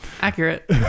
Accurate